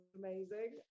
amazing